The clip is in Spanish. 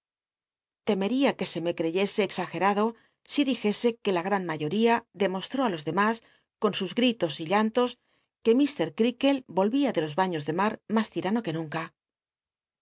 r ue se me creyese exagerado si dij ese r uc la gtan mayoría demostró á los demas con sus gritos y llantos que mr creakle l volvía de los baiios de mar mas tirano que nunca